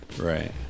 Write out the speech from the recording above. Right